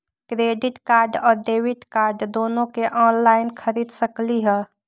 Credit card और debit card दोनों से ऑनलाइन खरीद सकली ह?